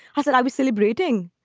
i said, i was celebrating.